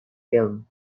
film